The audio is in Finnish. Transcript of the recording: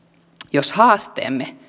jos haasteemme